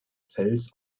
fels